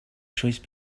choice